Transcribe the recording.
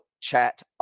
Chat